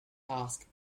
ask